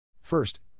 First